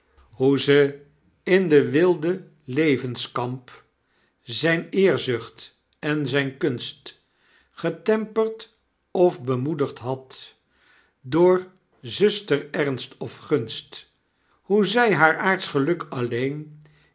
hoe ze in den wilden levenskamp zijn eerzucht en zyn kunst getemperd of bemoedigd had door zusterernst of gunst hoe zy haar aardsch geluk alleen